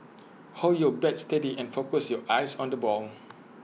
hold your bat steady and focus your eyes on the ball